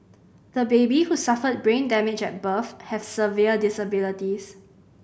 the baby who suffered brain damage at birth has severe disabilities